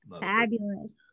Fabulous